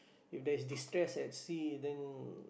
if there is distress at sea then